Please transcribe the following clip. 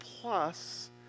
plus